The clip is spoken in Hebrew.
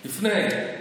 לפני.